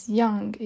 young